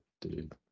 dude